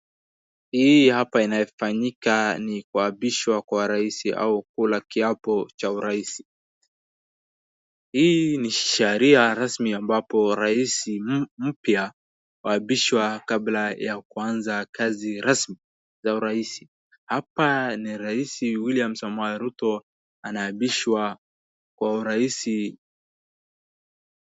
Hii hapa inayofanyika ni kuapishwa kwa rais au kula kiapo cha urais. Hii ni sheria rasmi ambapo rais mpya huapishwa kabla ya kuanza kazi rasmi ya urais. Hapa ni rais William Samoei Ruto anaapishwa kwa urais.